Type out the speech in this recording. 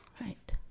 Right